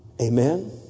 Amen